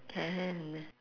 can